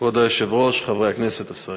כבוד היושב-ראש, חברי הכנסת, השרים,